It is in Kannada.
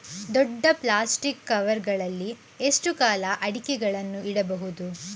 ದೊಡ್ಡ ಪ್ಲಾಸ್ಟಿಕ್ ಕವರ್ ಗಳಲ್ಲಿ ಎಷ್ಟು ಕಾಲ ಅಡಿಕೆಗಳನ್ನು ಇಡಬಹುದು?